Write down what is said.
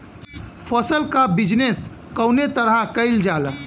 फसल क बिजनेस कउने तरह कईल जाला?